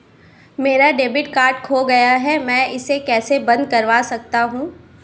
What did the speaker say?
मेरा debit card खो गया है मैं इसे कैसे बंद करवा सकता हूँ?